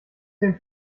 den